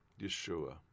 Yeshua